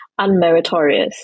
unmeritorious